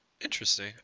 Interesting